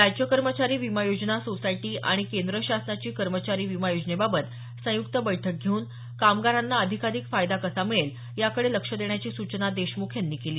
राज्य कर्मचारी विमा योजना सोसायटी आणि केंद्र शासनाची कर्मचारी विमा योजनेबाबत संयुक्त बैठक घेऊन कामगारांना अधिकाधिक फायदा कसा मिळेल याकडे लक्ष देण्याची सूचना देशमुख यांनी केली